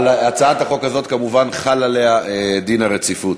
על הצעת החוק הזאת כמובן חל דין רציפות.